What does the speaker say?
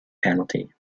penalty